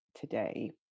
today